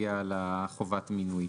תצביע שוב על חובת המינוי.